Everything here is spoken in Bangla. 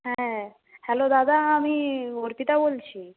হ্যাঁ হ্যালো দাদা আমি অর্পিতা বলছি